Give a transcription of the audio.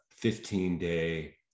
15-day